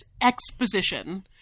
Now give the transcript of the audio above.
exposition